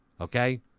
Okay